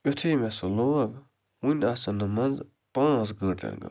یُتھٕے مےٚ سُہ لوگ ونہِ آسن نہٕ منٛزٕ پانٛژھ گٲنٛٹہٕ تہِ نہٕ گٔمٕتۍ